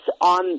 on